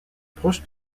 proche